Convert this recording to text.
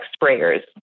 sprayers